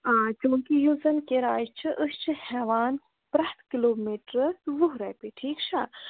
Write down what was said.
آ چوٗنٛکہِ یُس زَن کِراے چھِ أسۍ چھِ ہٮ۪وان پرٛٮ۪تھ کِلوٗ میٖٹرَس وُہ رۄپیہِ ٹھیٖک چھا